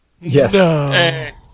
Yes